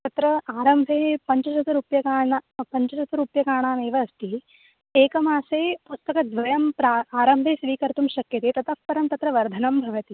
तत्र आरम्भे पञ्चदशरूप्यकाणां पञ्चदशरूप्यकाणाम् एव अस्ति एकमासे पुस्तकद्वयं प्रा आरम्भे स्वीकर्तुं शक्यते ततः परं तत्र वर्धनं भवति